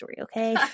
okay